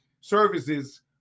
services